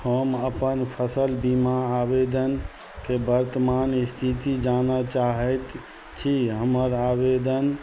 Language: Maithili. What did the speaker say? हम अपन फसल बीमा आवेदनके वर्तमान स्थिति जानऽ चाहैत छी हमर आवेदन